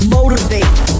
Motivate